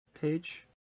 page